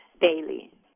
daily